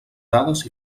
dades